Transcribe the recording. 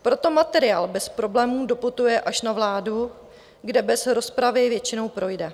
Proto materiál bez problémů doputuje až na vládu, kde bez rozpravy většinou projde.